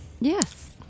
Yes